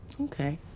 okay